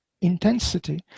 intensity